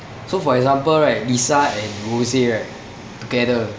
so for example right lisa and rose right together